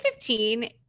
2015